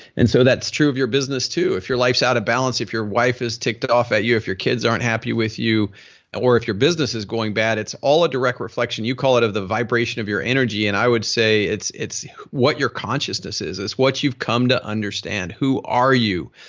and so that's true of your business too. if your life's out of balance, if your wife is ticked off at you, if your kids aren't happy with you or if your business is going bad, it's all a direct reflection. you call it of the vibration of your energy and i would say it's it's what your consciousness is, it's what you've come to understand. who are you.